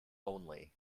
only